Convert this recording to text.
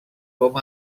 com